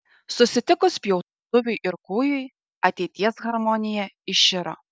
susitikus pjautuvui ir kūjui ateities harmonija iširo